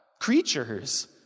Creatures